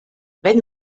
wenn